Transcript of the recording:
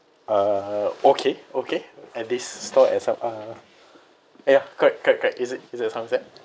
uh okay okay at this store at som~ uh ya correct correct correct is at is at somerset